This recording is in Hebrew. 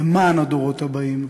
למען הדורות הבאים,